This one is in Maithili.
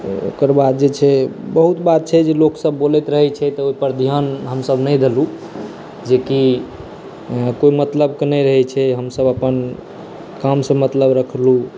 ओकर बाद जे छै बहुत बात छै से लोक सभ बोलैत रहै छै ओहिपर ध्यान हमसभ नहि देलहुँ जेकि कोई मतलब के नहि रहै छै हमसभ अपन काम से मतलब रखलहुँ